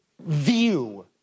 view